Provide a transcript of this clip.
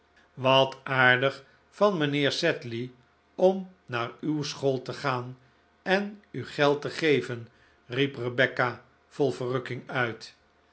wat aardig van mijnheer sedley om naar uw school te gaan en u geld te geven riep rebecca vol verrukking uit